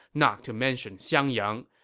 not to mention xiangyang.